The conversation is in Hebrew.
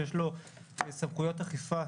שיש לו סמכויות אכיפה,